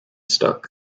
stuck